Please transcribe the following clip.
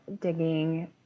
digging